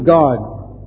God